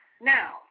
Now